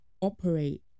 operate